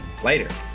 Later